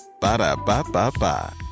ba-da-ba-ba-ba